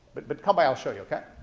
but but come by, i'll show you, okay?